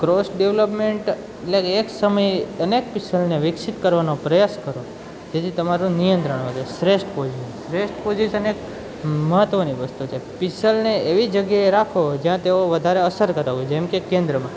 cross development એટલે એક સમયે અનેક પીસલને વિકસિત કરવાનો પ્રયાસ કરો તેથી તમારું નિયત્રણ વધે શ્રેષ્ઠ પોજિશન શ્રેષ્ઠ પોજિશન એક મહત્ત્વની વસ્તુ છે પીસલને એવી જગ્યાએ રાખો જ્યાં તેઓ વધારે અસર કરતાં હોય જેમકે કેન્દ્રમાં